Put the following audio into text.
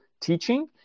teaching